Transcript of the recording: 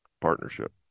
partnership